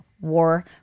war